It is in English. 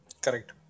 Correct